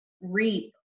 reap